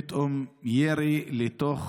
פתאום, ירי לתוך